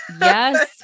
Yes